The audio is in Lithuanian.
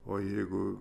o jeigu